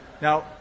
Now